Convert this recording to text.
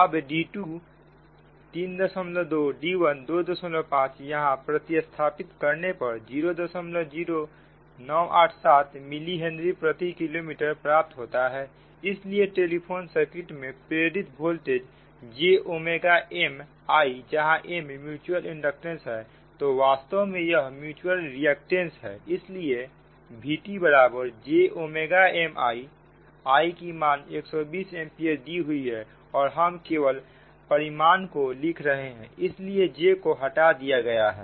अब d2 32 d1 25 यहां प्रति स्थापित करने पर 00987 मिली हेनरी प्रति किलोमीटर प्राप्त होता है इसलिए टेलीफोन सर्किट में प्रेरित वोल्टेज jmI जहां m म्युचुअल इंडक्टेंस है तो वास्तव में यह म्यूच्यूअल रिएक्टेंस है इसलिए VTबराबर j m I I की मान 120 एंपियर दी हुई है और हम केवल परिमाण को लिख रहे हैं इसलिए j को हटा दिया गया है